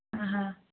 ಹಾಂ ಹಾಂ